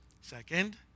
Second